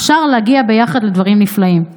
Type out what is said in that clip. אפשר להגיע ביחד לדברים נפלאים.